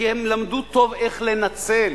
כי הם למדו טוב איך לנצל.